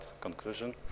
conclusion